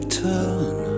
turn